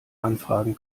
anfragen